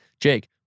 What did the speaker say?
Jake